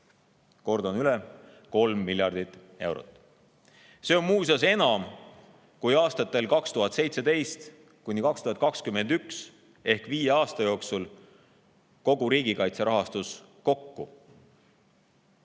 Kordan üle: 3 miljardit eurot! See on muuseas enam kui aastatel 2017–2021 ehk viie aasta jooksul kogu riigikaitserahastus kokku.